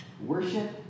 worship